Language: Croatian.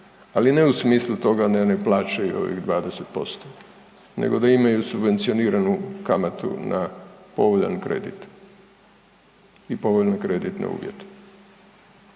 ali ne u smislu toga ne oni plaćaju onih 20% nego da imaju subvencioniranu kamatu na povoljan kredit i povoljne kreditne uvjete.